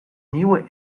nieuwe